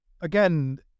Again